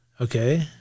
Okay